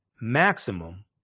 maximum